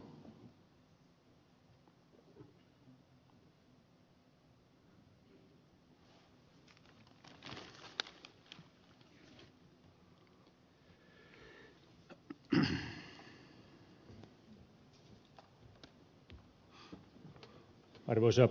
arvoisa puhemies